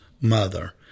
mother